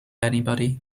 anybody